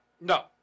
No